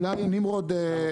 אולי נמרוד?